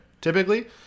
typically